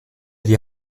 die